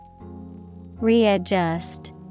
Readjust